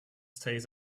stays